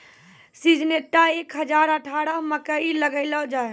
Syngenta एक हजार अठारह मकई लगैलो जाय?